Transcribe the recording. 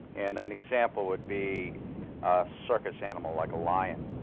and an example would be a circus animal, like a lion.